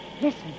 Listen